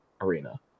arena